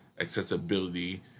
accessibility